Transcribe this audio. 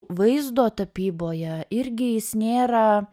vaizdo tapyboje irgi jis nėra